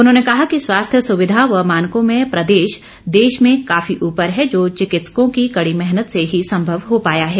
उन्होंने कहा कि स्वास्थ्य सुविधा व मानकों में प्रदेश देश में काफी ऊपर है जो चिकित्सकों की कड़ी मेहनत से ही संभव हो पाया है